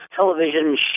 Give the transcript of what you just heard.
television